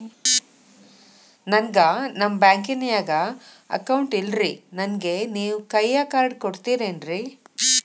ನನ್ಗ ನಮ್ ಬ್ಯಾಂಕಿನ್ಯಾಗ ಅಕೌಂಟ್ ಇಲ್ರಿ, ನನ್ಗೆ ನೇವ್ ಕೈಯ ಕಾರ್ಡ್ ಕೊಡ್ತಿರೇನ್ರಿ?